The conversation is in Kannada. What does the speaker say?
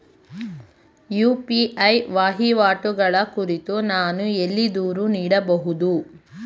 ಯು.ಪಿ.ಐ ವಹಿವಾಟುಗಳ ಕುರಿತು ನಾನು ಎಲ್ಲಿ ದೂರು ನೀಡಬಹುದು?